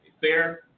Fair